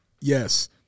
Yes